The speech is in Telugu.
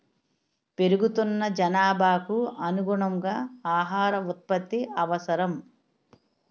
పెరుగుతున్న జనాభాకు అనుగుణంగా ఆహార ఉత్పత్తి అవసరం